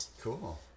Cool